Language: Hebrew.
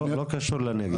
לא קשור לנגב.